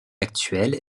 actuel